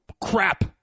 crap